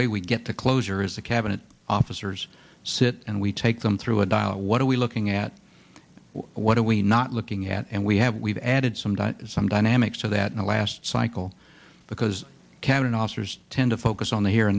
way we get to closure is the cabinet officers sit and we take them through a dial what are we looking at what do we not looking at and we have we've added some some dynamics to that in the last cycle because cabinet officers tend to focus on the here